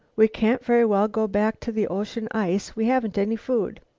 we can't very well go back to the ocean ice. we haven't any food.